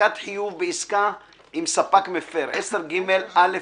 "הפסקת חיוב בעסקה עם ספק מפר 10ג. (א)